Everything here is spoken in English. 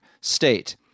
State